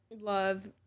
Love